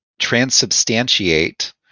transubstantiate